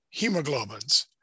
hemoglobins